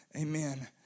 Amen